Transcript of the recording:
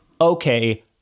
okay